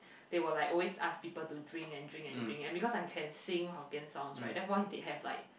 they will like always ask people to drink and drink and drink and because I can sing Hokkien songs right therefore they have like